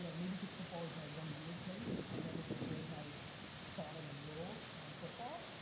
you know maybe cause football is my one weird place, i never deployed my thought on the world on football,